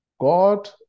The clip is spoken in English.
God